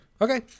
Okay